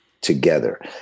together